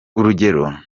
urugero